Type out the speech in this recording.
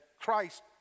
Christ